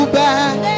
back